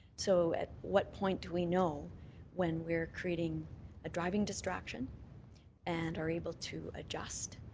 so at what point do we know when we're creating a driving distraction and are able to adjust?